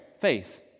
Faith